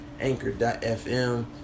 Anchor.fm